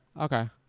Okay